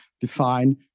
define